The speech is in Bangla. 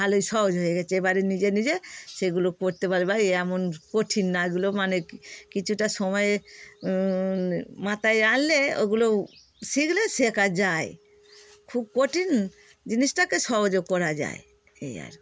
ভালোই সহজ হয়ে গেছে এবারে নিজে নিজে সেগুলো করতে পারব এমন কঠিন না ওগুলো মানে কিছুটা সময়ে মাথায় আনলে ওগুলো শিখলে শেখা যায় খুব কঠিন জিনিসটাকে সহজে করা যায় এই আর কি